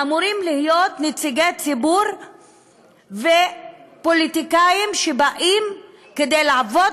שאמורים להיות נציגי ציבור ופוליטיקאים שבאים כדי לעבוד